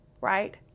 right